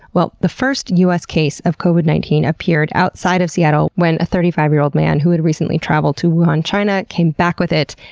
well, the first us case of covid nineteen appeared outside of seattle when a thirty five year old man who had recently travelled to china came back with it.